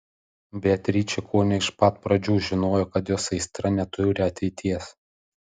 beatričė kone iš pat pradžių žinojo kad jos aistra neturi ateities